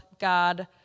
God